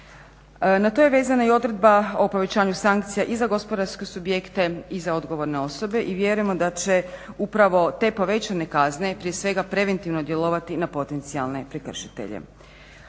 Na to je vezana i odredba o povećanju sankcija i za gospodarske subjekte i za odgovorne osobe i vjerujemo da će upravo te povećane kazne prije svega preventivno djelovati na potencijalne prekršitelje,